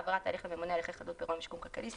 העברת ההליך לממונה על הליכי חדלות פירעון ושיקום כלכלי,